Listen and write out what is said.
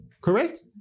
correct